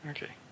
Okay